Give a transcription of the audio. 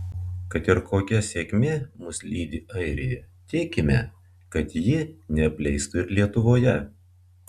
kad ir kokia sėkmė mus lydi airijoje tikime kad ji neapleistų ir lietuvoje